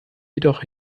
jedoch